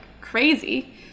crazy